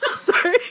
Sorry